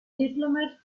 diplomat